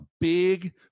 big